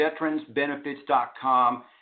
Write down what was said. veteransbenefits.com